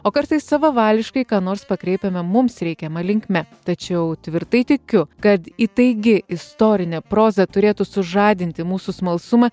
o kartais savavališkai ką nors pakreipiame mums reikiama linkme tačiau tvirtai tikiu kad įtaigi istorinė proza turėtų sužadinti mūsų smalsumą